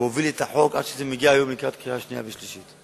והוביל את החוק עד שזה מגיע היום לקריאה שנייה וקריאה שלישית.